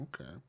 okay